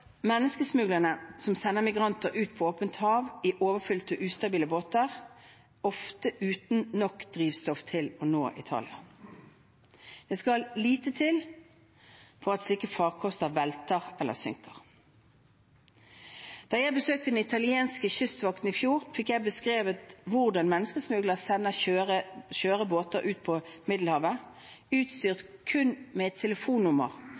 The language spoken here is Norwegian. sender migranter ut på åpent hav, i overfylte og ustabile båter, ofte uten nok drivstoff til å nå Italia. Det skal lite til for at slike farkoster velter eller synker. Da jeg besøkte den italienske kystvakten i fjor, fikk jeg beskrevet hvordan menneskesmuglere sender skjøre båter ut på Middelhavet, utstyrt kun med et telefonnummer